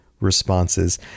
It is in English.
responses